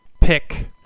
pick